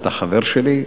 אתה חבר שלי,